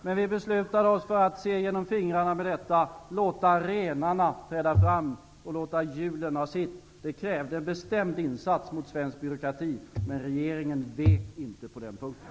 Men vi beslutade oss för att se genom fingrarna med detta och låta renarna träda fram och julen få sitt. Det krävde en bestämd insats mot svensk byråkrati. Men regeringen vek inte på den punkten.